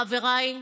חבריי,